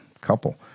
Couple